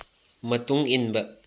ꯃꯇꯨꯡ ꯏꯟꯕ